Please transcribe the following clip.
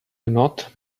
not